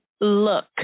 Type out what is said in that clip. look